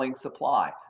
supply